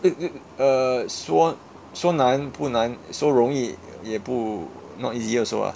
a 说说难不难说容易也不 not easy also ah